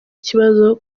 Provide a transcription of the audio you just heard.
ikibazo